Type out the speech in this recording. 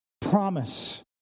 promise